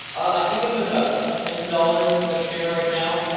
i think i'm at about ten dollars a share right now,